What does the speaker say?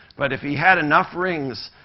but if he had enough rings,